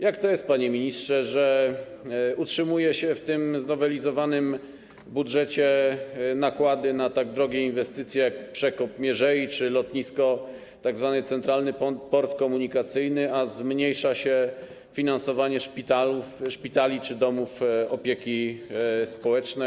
Jak to jest, panie ministrze, że utrzymuje się w tym znowelizowanym budżecie nakłady na tak drogie inwestycje jak przekop Mierzei czy lotnisko, tzw. Centralny Port Komunikacyjny, a zmniejsza się finansowanie szpitali czy domów opieki społecznej.